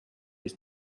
his